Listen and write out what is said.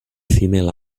female